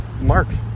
Marks